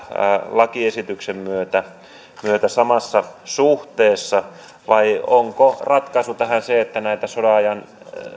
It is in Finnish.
lakiesityksen myötä myötä samassa suhteessa vai onko ratkaisu tähän se että lisätään sodanajan